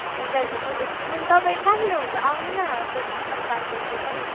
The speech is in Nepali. फिचरहरू त सोधेको छुइनँ नि तपाईँ कहाँनिर हुनुहुन्छ आउनु न सोधिकिन बात गर्नुपर्छ नि